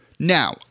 Now